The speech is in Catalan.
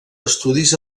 estudis